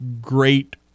great